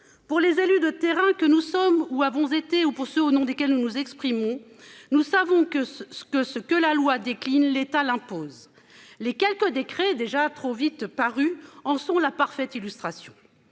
Pour les élus de terrain que nous sommes ou avons été ou pour ceux aux noms desquels nous nous exprimons, nous savons que ce ce que ce que la loi décline l'état l'impose. Les quelques décrets déjà trop vite, paru en sont la parfaite illustration.